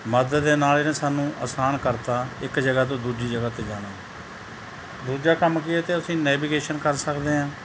ਮਦਦ ਦੇ ਨਾਲ ਇਹਨੇ ਸਾਨੂੰ ਅਸਾਨ ਕਰਤਾ ਇੱਕ ਜਗ੍ਹਾ ਤੋਂ ਦੂਜੀ ਜਗ੍ਹਾ 'ਤੇ ਜਾਣਾ ਦੂਜਾ ਕੰਮ ਕੀ ਹੈ ਇਹ ਅਤੇ ਅਸੀਂ ਨੈਵੀਗੇਸ਼ਨ ਕਰ ਸਕਦੇ ਹਾਂ